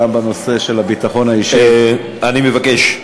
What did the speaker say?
גם בנושא של הביטחון האישי, אני מבקש,